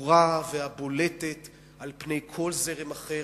הברורה והבולטת על פני כל זרם אחר,